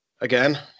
again